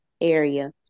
area